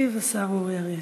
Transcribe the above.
ישיב השר אורי אריאל.